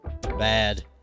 bad